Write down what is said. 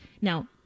Now